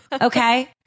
Okay